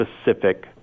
specific